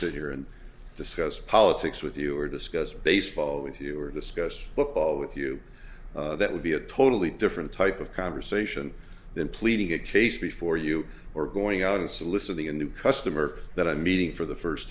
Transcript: sit here and discuss politics with you or discuss baseball with you or discuss book with you that would be a totally different type of conversation than pleading a case before you or going out and soliciting a new customer that i meeting for the first